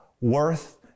worth